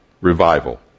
revival